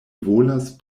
volas